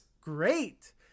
great